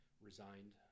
resigned